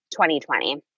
2020